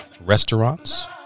restaurants